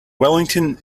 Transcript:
wellington